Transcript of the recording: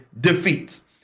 defeats